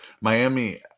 Miami